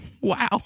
Wow